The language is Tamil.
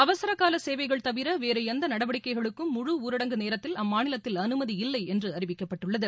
அவசரக்கால சேவைகள் தவிர வேறு எந்த நடவடிக்கைகளுக்கும் முழு ஊரடங்கு நேரத்தில் அம்மாநிலத்தில் அனுமதியில்லை என்று அறிவிக்கப்பட்டுள்ளது